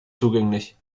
zugänglich